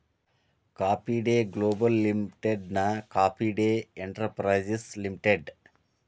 coffee Day Global ಲಿಮಿಟೆಡ್ನ Coffee Day Enterprises limited